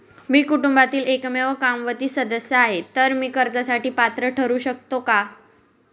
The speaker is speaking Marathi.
मी कुटुंबातील एकमेव कमावती सदस्य आहे, तर मी कर्जासाठी पात्र ठरु शकतो का?